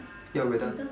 ya we are done